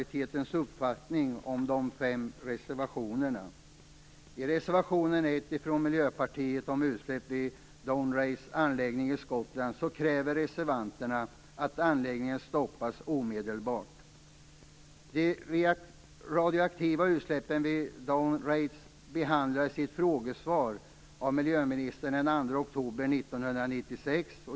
I reservation nr 1 från Miljöpartiet om utsläppen vid Dounreayanläggningen i Skottland krävs att anläggningen stoppas omedelbart. De radioaktiva utsläppen vid Dounreay behandlades i ett frågesvar av miljöministern den 2 oktober 1996.